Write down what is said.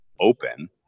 open